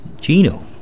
Gino